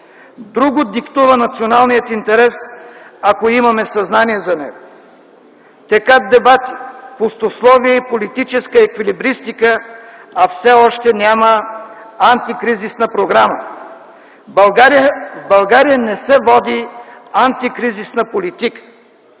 Друго диктува националният интерес, ако имаме съзнание за него. Текат дебати, пустословие и политическа еквилибристика, а все още няма антикризисна програма. В България не се води антикризисна политика.